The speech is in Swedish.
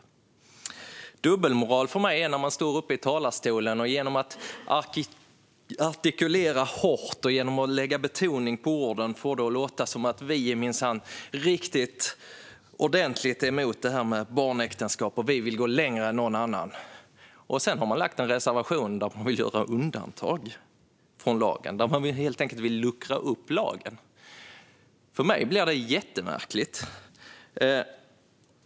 För mig är dubbelmoral när ni står i talarstolen och genom att artikulera tydligt och betona orden får det att låta som att ni är ordentligt emot barnäktenskap och vill gå längre än någon annan - fast ni har lämnat en reservation där ni vill göra undantag från lagen och luckra upp lagen. För mig blir det jättemärkligt.